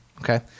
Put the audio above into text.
okay